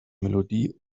melodie